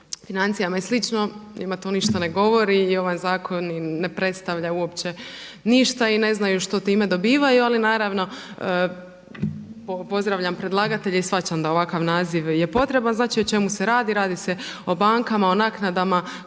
financijama i slično njima to ništa ne govori i ovaj zakon ne predstavlja uopće ništa i ne znaju što time dobivaju. Ali naravno pozdravljam predlagatelja i shvaćam da ovakav naziv je potreban. Znači o čemu se radi? Radi se o bankama, o naknadama